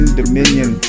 dominion